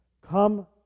Come